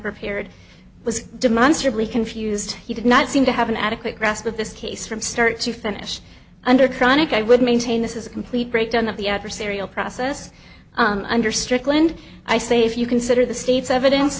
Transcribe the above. unprepared was demonstrably confused he did not seem to have an adequate grasp of this case from start to finish under cronic i would maintain this is a complete breakdown of the adversarial process under strickland i say if you consider the state's evidence